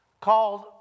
called